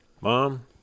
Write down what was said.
Mom